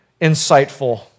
insightful